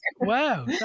Wow